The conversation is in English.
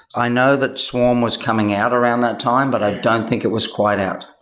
i know that swarm was coming out around that time, but i don't think it was quite out.